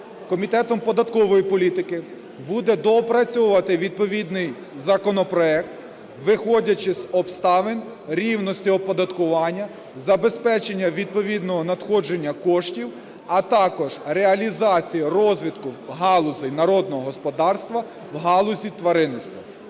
Комітетом податкової політики буде доопрацьовувати відповідний законопроект, виходячи з обставин рівності оподаткування, забезпечення відповідного надходження коштів, а також реалізації розвитку галузей народного господарства в галузі тваринництва.